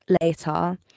later